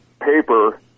paper